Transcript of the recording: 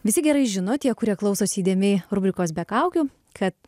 visi gerai žino tie kurie klausos įdėmiai rubrikos be kaukių kad